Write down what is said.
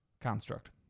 Construct